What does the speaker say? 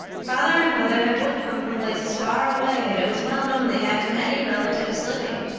father and mother had both come from places far away and it was well known they hadn't any relatives living.